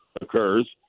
occurs